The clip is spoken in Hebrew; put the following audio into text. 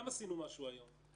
גם עשינו משהו היום.